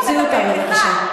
תוציאו אותה, בבקשה.